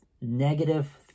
negative